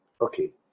Okay